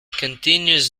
continues